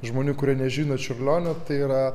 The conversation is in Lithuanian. žmonių kurie nežino čiurlionio tai yra